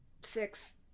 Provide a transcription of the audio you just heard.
six